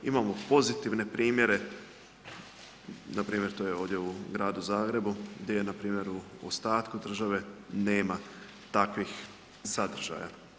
Imamo pozitivne primjere, npr. to je ovdje u gradu Zagrebu gdje npr. u ostatku države nema takvih sadržaja.